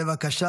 בבקשה.